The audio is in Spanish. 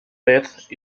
beth